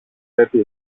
πρέπει